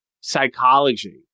psychology